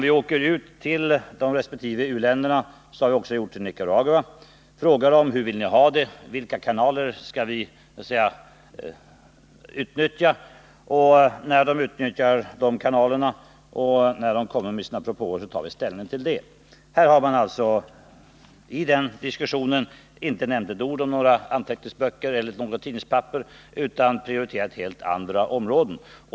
Vi åker ut till de olika länderna — så har också skett beträffande Nicaragua — och frågar dem hur de vill ha stödet och vilka kanaler de vill anvisa. När sedan länderna föreslår lämpliga kanaler och när de kommer med sina propåer i övrigt, då tar vi ställning till det. I den diskussion som förts för Nicaraguas del har man inte nämnt ett ord om några anteckningsböcker eller om något tidningspapper, utan man har prioriterat helt andra områden.